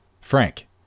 Frank